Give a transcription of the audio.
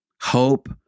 Hope